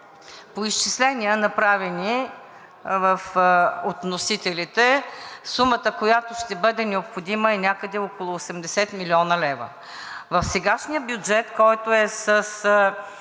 по изчисления, направени от вносителите, сумата, която ще бъде необходима, е някъде около 80 млн. лв. В сегашния бюджет, който е с